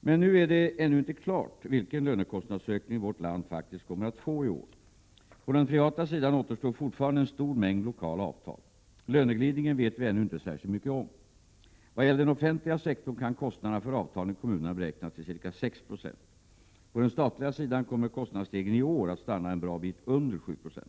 Nu är det ännu inte klart vilken lönekostnadsökning vårt land faktiskt kommer att få i år. På den privata sidan återstår fortfarande en stor mängd lokala avtal. Löneglidningen vet vi ännu inte särskilt mycket om. Vad gäller den offentliga sektorn kan kostnaderna för avtalen i kommunerna beräknas tillca 6 26. På den statliga sidan kommer kostnadsstegringen i år att stanna en bra bit under 7 90.